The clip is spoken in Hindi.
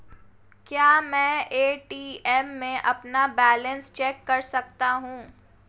क्या मैं ए.टी.एम में अपना बैलेंस चेक कर सकता हूँ?